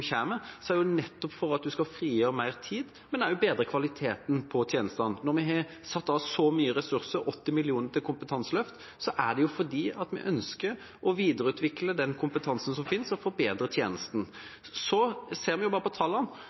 er det nettopp for at en skal frigjøre mer tid, men også bedre kvaliteten på tjenestene. Når vi har satt av så mye ressurser, 80 mill. kr til et kompetanseløft, er det fordi vi ønsker å videreutvikle den kompetansen som finnes og forbedre tjenesten. Vi ser